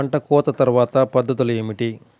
పంట కోత తర్వాత పద్ధతులు ఏమిటి?